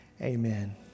amen